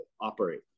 operate